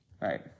Right